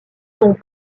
sont